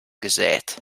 gesät